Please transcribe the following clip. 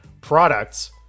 Products